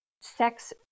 sex